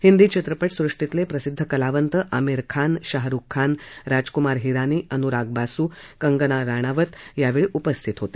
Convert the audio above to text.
हिंदी चित्रपट सृष्टीतले प्रसिद्ध कलावंत अमिर खान शाहरुख खान राजकुमार हिरानी अनुराग बासु कंगना राणावत यावेळी उपस्थितीत होते